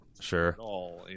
Sure